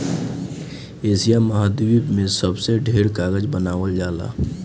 Asia महाद्वीप में सबसे ढेर कागज बनावल जाला